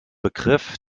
begriff